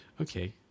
Okay